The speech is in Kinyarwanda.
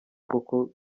koko